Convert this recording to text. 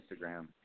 Instagram